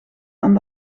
aan